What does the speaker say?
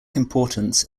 importance